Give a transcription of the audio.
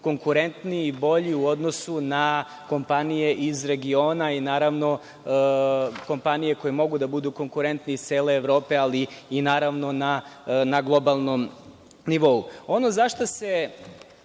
konkurentniji u odnosu na kompanije iz regiona i naravno kompanije koje mogu da budu konkurentni iz cele Evrope, ali i naravno na globalnom nivou. Ono za šta se